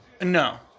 No